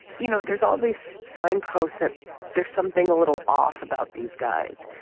you know there's all this signposts that there's something a little off about these guys.